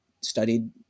studied